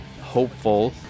hopeful